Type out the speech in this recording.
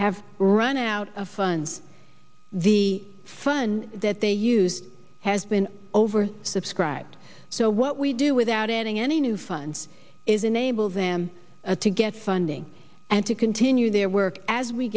have run out of funds the fun that they use has been over subscribed so what we do without adding any new funds is enable them to get funding and to continue their work as we